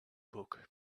book